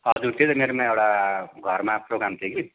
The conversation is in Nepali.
हजुर त्यही त मेरोमा एउटा घरमा प्रोगाम थियो कि